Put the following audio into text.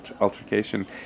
altercation